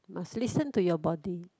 must listen to your body